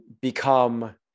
become